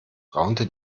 raunte